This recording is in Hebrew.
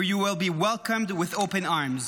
where you will be welcomed with open arms.